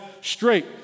straight